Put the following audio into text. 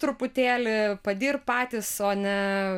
truputėlį padirbt patys o ne